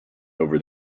over